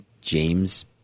James